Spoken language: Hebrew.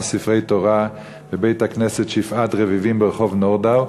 ספרי תורה בבית-הכנסת "שפעת רביבים" ברחוב נורדאו,